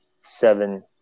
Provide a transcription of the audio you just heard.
Seven